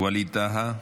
ווליד טאהא,